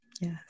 Yes